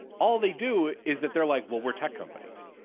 all they do is that they're like, well, we're tech companies.